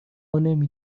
نمی